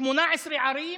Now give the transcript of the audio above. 18 ערים